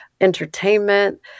entertainment